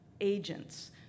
agents